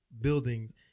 buildings